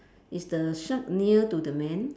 is the shark near to the man